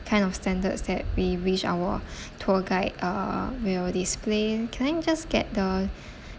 kind of standards that we wish our tour guide uh will display can I just get the